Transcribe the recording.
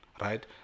right